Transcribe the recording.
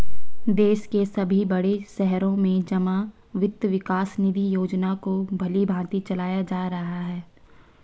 देश के सभी बड़े शहरों में जमा वित्त विकास निधि योजना को भलीभांति चलाया जा रहा है